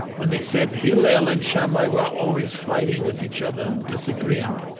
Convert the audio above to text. when they said hillel and shammai were always fighting with each other and disagreeing,